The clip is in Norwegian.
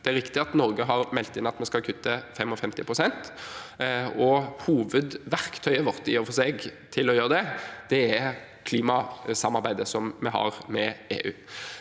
Det er riktig at Norge har meldt inn at vi skal kutte 55 pst., og hovedverktøyet vårt for å gjøre det er klimasamarbeidet vi har med EU.